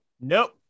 Nope